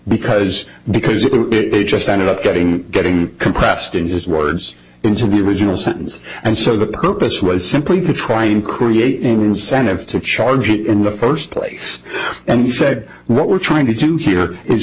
because because it just ended up getting getting compressed in his words interview original sentence and so the purpose was simply to try and create incentive to charge it in the first place and he said what we're trying to do here is